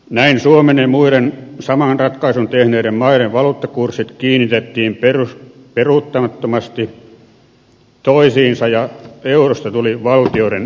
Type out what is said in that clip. näin suomen ja muiden saman ratkaisun tehneiden maiden valuuttakurssit kiinnitettiin peruuttamattomasti toisiinsa ja eurosta tuli valtioiden yhteinen raha